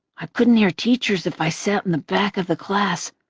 i couldn't hear teachers if i sat in the back of the class.